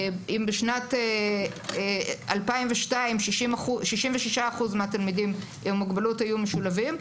אם בשנת 2002 66% מהתלמידים עם המוגבלות היו משולבים,